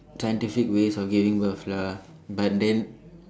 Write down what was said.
scientific ways of getting birth lah but then